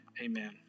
Amen